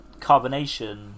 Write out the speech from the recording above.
Carbonation